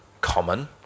common